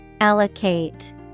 Allocate